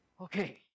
Okay